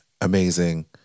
Amazing